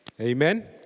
Amen